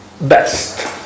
best